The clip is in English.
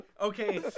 Okay